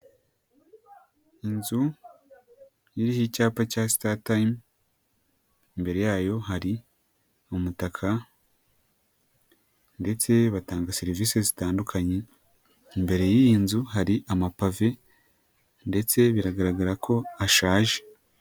Inzu iriho icyapa cya Startime imbere yayo hari umutaka, ndetse batanga serivisi zitandukanye imbere y'iyi nzu hari amapave ndetse biragaragara ko ashaje.